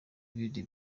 ibindi